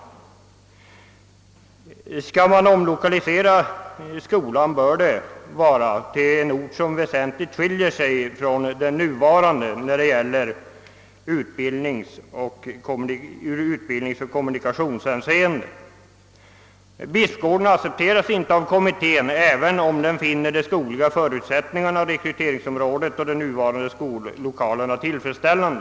Om skolan skall omlokaliseras, så bör den förläggas till en ort som väsentligt skiljer sig från den nuvarande i utbildningsoch kommunikationshänseende. Bispgården accepteras inte av kommittén, som dock finner de skogliga förutsättningarna, rekryteringsområdet och skollokalerna där = tillfredsställande.